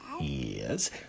Yes